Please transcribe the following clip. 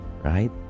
right